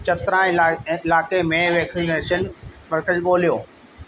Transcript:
चतरा इलाइ इलाइक़े में वैक्सीनेशन मर्कज़ ॻोल्हियो